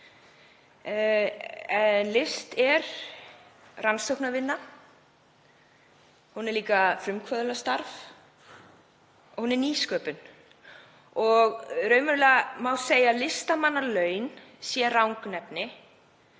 List er rannsóknarvinna. Hún er líka frumkvöðlastarf og nýsköpun. Í raun má segja að listamannalaun sé rangnefni